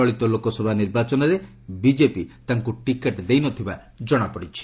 ଚଳିତ ଲୋକସଭା ନିର୍ବାଚନରେ ବିଜେପି ତାଙ୍କୁ ଟିକେଟ୍ ଦେଇ ନ ଥିବା ଜଣାପଡ଼ିଛି